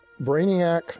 Brainiac